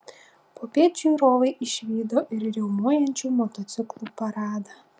popiet žiūrovai išvydo ir riaumojančių motociklų paradą